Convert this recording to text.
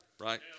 Right